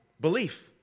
Belief